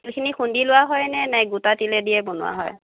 সেইখিনি খুন্দি লোৱা হয়নে নাই গোটা তিলেদিয়ে বনোৱা হয়